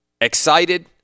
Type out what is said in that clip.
excited